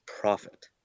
profit